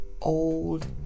old